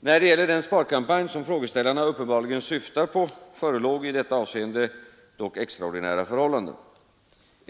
När det gäller den sparkampanj som frågeställarna uppenbarligen syftar på, förelåg i detta avseende dock extraordinära förhållanden.